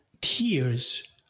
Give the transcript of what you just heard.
tears